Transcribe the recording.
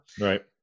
Right